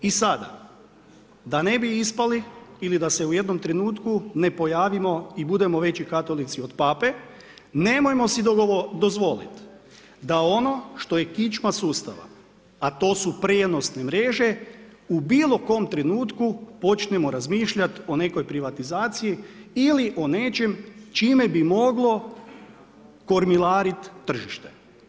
I sada, da ne bi ispali, ili da se u jednom trenutku ne pojavimo i budemo veći katolici od pape, nemojmo si dozvoliti, da ono što je kičma sustava, a to su prijenosne mreže, u bilo kom trenutku počnemo razmišljati o nekoj privatizaciji ili o nečem čime bi moglo kormilariti tržištem.